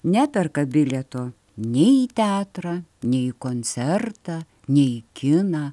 neperka bilieto nei į teatrą nei į koncertą nei kiną